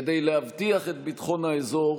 כדי להבטיח את ביטחון האזור,